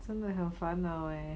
真的很烦恼 eh